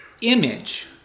image